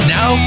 Now